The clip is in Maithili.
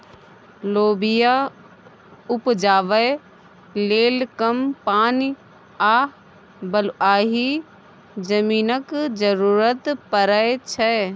लोबिया उपजाबै लेल कम पानि आ बलुआही जमीनक जरुरत परै छै